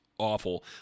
awful